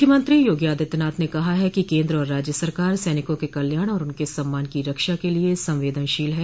मुख्यमंत्री योगी आदित्यनाथ ने कहा है कि केन्द्र और राज्य सरकार सैनिकों के कल्याण और उनके सम्मान की रक्षा के लिये संवेदनशील है